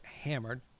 hammered